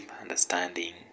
understanding